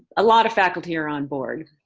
a lot of faculty are on board.